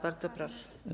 Bardzo proszę.